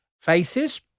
faces